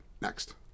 next